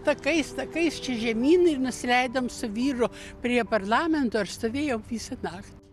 takais takais čia žemyn ir nusileidom su vyru prie parlamento ir stovėjom visą nakt